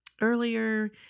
earlier